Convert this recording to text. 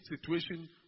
situation